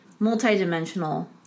multidimensional